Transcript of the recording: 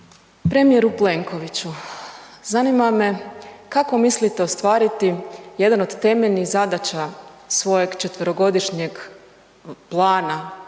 Premijeru Plenkoviću, zanima me kako mislite ostvariti jedan od temeljnih zadaća svojeg 4-godišnjeg plana